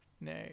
No